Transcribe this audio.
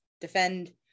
defend